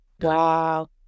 Wow